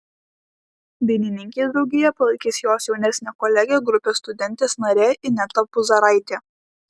dainininkei draugiją palaikys jos jaunesnė kolegė grupės studentės narė ineta puzaraitė